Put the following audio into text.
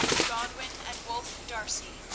godwin and wulf d'arcy,